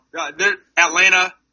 Atlanta